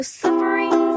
suffering